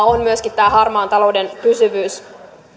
on myöskin tämä harmaan talouden pysyvyys